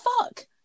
fuck